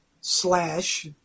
Slash